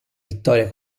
vittoria